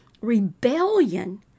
Rebellion